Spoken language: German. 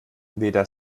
weder